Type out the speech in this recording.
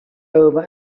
over